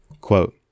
Quote